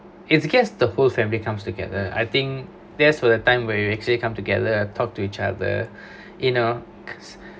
it's gets the whole family comes together I think there's for the time when you actually come together and talk to each other you know